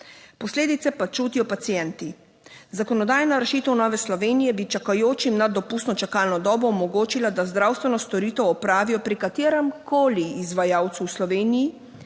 posledice pa čutijo pacienti. Zakonodajna rešitev Nove Slovenije bi čakajočim nad dopustno čakalno dobo omogočila, da zdravstveno storitev opravijo pri kateremkoli izvajalcu v Sloveniji,